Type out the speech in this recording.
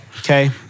Okay